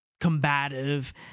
combative